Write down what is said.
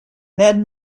ned